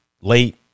late